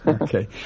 okay